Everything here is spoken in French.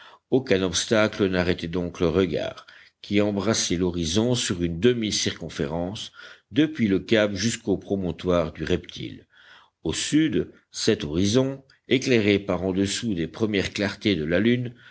aucun obstacle n'arrêtait donc le regard qui embrassait l'horizon sur une demi circonférence depuis le cap jusqu'au promontoire du reptile au sud cet horizon éclairé par en dessous des premières clartés de la lune